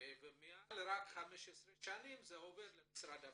ומעל 15 שנים עובר למשרד הבריאות.